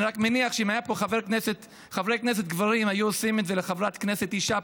אני רק מניח שאם חברי כנסת גברים היו עושים את זה לחברת כנסת אישה,